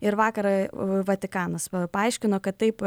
ir vakar vatikanas paaiškino kad taip